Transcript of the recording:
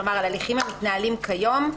כלומר, על הליכים המתנהלים כיום,